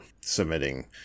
submitting